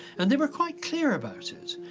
and they were quite clear about it.